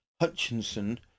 Hutchinson